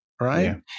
Right